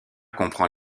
comprend